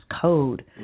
code